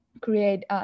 create